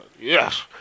Yes